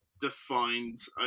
defines